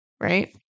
right